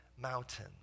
mountain